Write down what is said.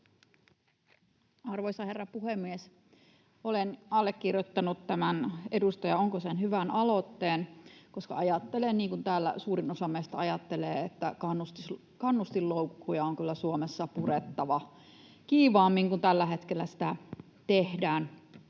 Arvoisa herra puhemies! Olen allekirjoittanut tämän edustaja Honkosen hyvän aloitteen, koska ajattelen niin kuin täällä suurin osa meistä ajattelee, että kannustinloukkuja on kyllä Suomessa purettava kiivaammin kuin tällä hetkellä sitä tehdään.